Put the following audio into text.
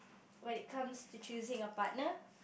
when it comes to choosing a partner